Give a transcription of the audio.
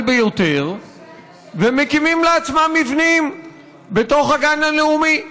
ביותר ומקימים לעצמם מבנים בתוך הגן לאומי.